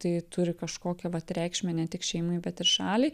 tai turi kažkokią vat reikšmę ne tik šeimai bet ir šaliai